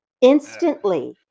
instantly